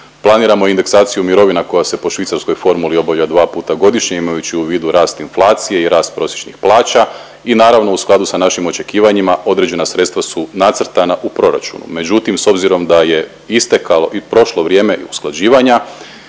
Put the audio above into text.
planiramo indeksaciju mirovina koja se po švicarskoj formuli obavlja dva puta godišnje imajući u vidu rast inflacije i rast prosječnih plaća. I naravno u skladu sa našim očekivanjima određena sredstva su nacrtana u proračunu, međutim s obzirom da je istekao, prošlo vrijeme usklađivanja